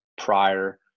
prior